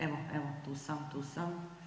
Evo, evo, tu sam, tu sam.